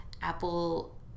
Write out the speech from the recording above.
Apple